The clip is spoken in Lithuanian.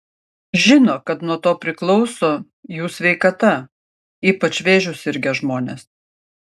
žino kad nuo to priklauso jų sveikata ypač vėžiu sirgę žmonės